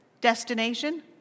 destination